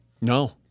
No